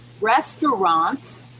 restaurants